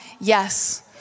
yes